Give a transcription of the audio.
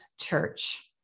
church